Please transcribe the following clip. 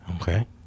Okay